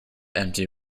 empty